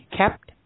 kept